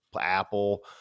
apple